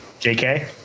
JK